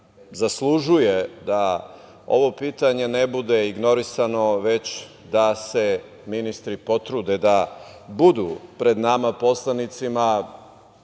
zaslužuje da ovo pitanje ne bude ignorisano, već da se ministri potrude da budu pred nama poslanicima.